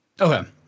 Okay